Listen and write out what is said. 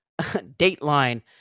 dateline